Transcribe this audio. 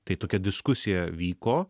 tai tokia diskusija vyko